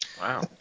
wow